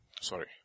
sorry